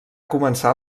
començar